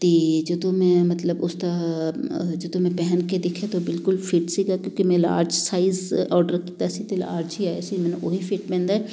ਅਤੇ ਜਦੋਂ ਮੈਂ ਮਤਲਬ ਉਸਦਾ ਜਦੋਂ ਮੈਂ ਪਹਿਨ ਕੇ ਦੇਖਿਆ ਤਾ ਬਿਲਕੁਲ ਫਿੱਟ ਸੀਗਾ ਕਿਉਂਕਿ ਮੈਂ ਲਾਰਜ ਸਾਈਜ ਔਡਰ ਕੀਤਾ ਸੀ ਅਤੇ ਲਾਰਜ ਹੀ ਆਇਆ ਸੀ ਮੈਨੂੰ ਉਹ ਹੀ ਫਿਟ ਬਹਿੰਦਾ